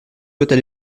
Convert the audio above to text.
aller